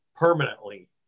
permanently